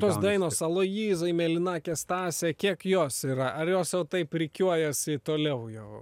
tos dainos aloyzai mėlynakė stasė kiek jos yra ar jos jau taip rikiuojasi toliau jau